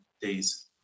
days